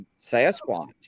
Sasquatch